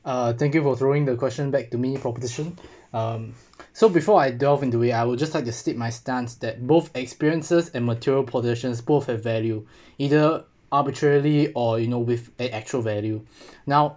uh thank you for throwing the question back to me proposition um so before I delve into way I would just like to sleep my stance that both experiences and material possessions both have value either arbitrarily or you know with an actual value now